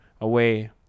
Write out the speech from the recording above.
away